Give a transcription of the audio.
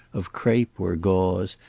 of crape or gauze,